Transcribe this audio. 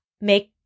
make